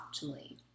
optimally